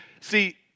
See